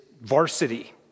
varsity